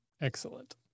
Excellent